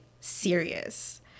serious